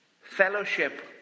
fellowship